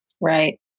Right